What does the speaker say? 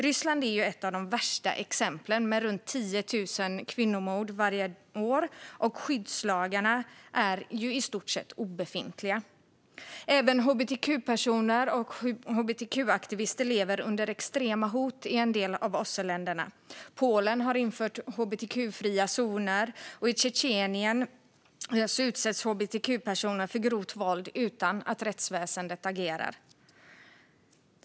Ryssland är ett av de värsta exemplen med runt 10 000 kvinnomord varje år. Skyddslagarna är i stort sett obefintliga. Även hbtq-personer och hbtq-aktivister lever under extrema hot i en del av OSSE-länderna. Polen har infört hbtq-fria zoner, och i Tjetjenien utsätts hbtq-personer för grovt våld utan att rättsväsendet agerar.